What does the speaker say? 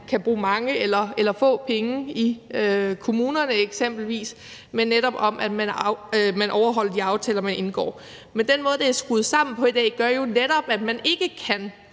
kan bruge mange eller få penge i kommunerne eksempelvis, men netop om, at man overholder de aftaler, man indgår. Men den måde, det er skruet sammen på i dag, gør jo netop, at man ikke kan